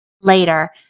later